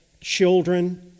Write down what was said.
children